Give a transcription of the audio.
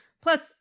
plus